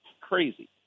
crazy